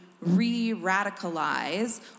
re-radicalize